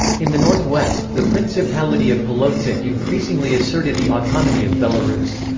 in the north-west, the principality of polotsk increasingly asserted the autonomy of belarus.